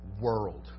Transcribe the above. world